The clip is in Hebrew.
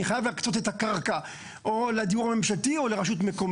אני חייב להקצות את הקרקע או לדיור הממשלתי או לרשות מקומית.